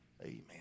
Amen